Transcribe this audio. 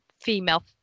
female